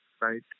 right